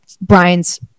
Brian's